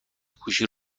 گوشی